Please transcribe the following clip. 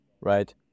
right